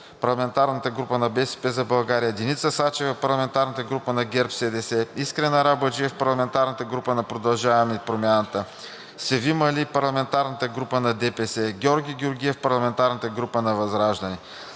парламентарната група на „БСП за България“, Деница Сачева – парламентарната група на ГЕРБ-СДС, Искрен Арабаджиев – парламентарната група на „Продължаваме Промяната“, Севим Али – парламентарната група на ДПС, Георги Георгиев – парламентарната група на ВЪЗРАЖДАНЕ.